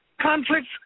conflicts